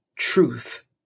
Truth